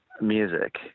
music